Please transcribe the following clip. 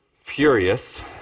Furious